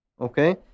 okay